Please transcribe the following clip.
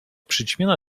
przyćmiona